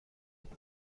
علمی